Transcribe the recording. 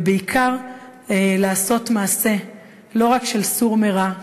ובעיקר לעשות לא רק מעשה של "סור מרע",